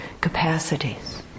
capacities